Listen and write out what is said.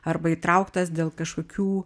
arba įtrauktas dėl kažkokių